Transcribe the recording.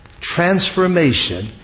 transformation